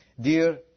Dear